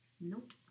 nope